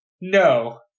no